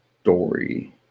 story